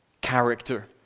character